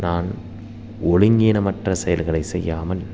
நான் ஒழுங்கீனமற்ற செயல்களைச் செய்யாமல்